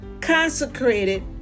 consecrated